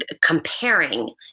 comparing